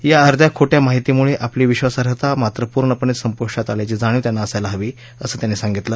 या अर्ध्या खोट्या माहितीमुळे आपली विश्वसार्हता मात्र पूर्णपणे संपुष्टात आल्याची जाणिव त्यांना असायला हवी असं त्यांनी सांगितलं